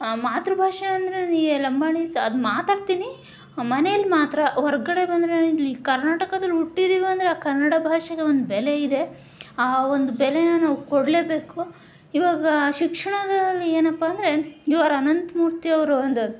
ಮಾತೃಭಾಷೆ ಅಂದರೆ ನನಗೆ ಲಂಬಾಣೀಸ್ ಅದು ಮಾತಾಡ್ತೀನಿ ಮನೇಲಿ ಮಾತ್ರ ಹೊರಗಡೆ ಬಂದರೆ ನಾನಿಲ್ಲಿ ಕರ್ನಾಟಕದಲ್ಲಿ ಹುಟ್ಟಿದೀವಿ ಅಂದರೆ ಆ ಕನ್ನಡ ಭಾಷೆಗೆ ಒಂದು ಬೆಲೆ ಇದೆ ಆ ಒಂದು ಬೆಲೆನ ನಾವು ಕೊಡಲೇಬೇಕು ಇವಾಗ ಶಿಕ್ಷಣದಲ್ಲಿ ಏನಪ್ಪಾ ಅಂದರೆ ಯು ಆರ್ ಅನಂತಮೂರ್ತಿ ಅವರು ಒಂದು